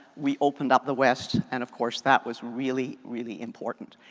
we opened up the west and of course that was really, really important.